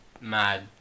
mad